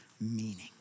meaning